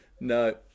no